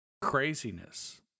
craziness